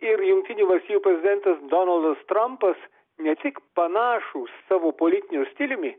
ir jungtinių valstijų prezidentas donaldas trampas ne tik panašūs savo politiniu stiliumi